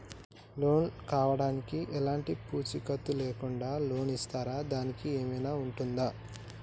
Loan కావడానికి ఎలాంటి పూచీకత్తు లేకుండా లోన్ ఇస్తారా దానికి ఏమైనా ఉంటుందా?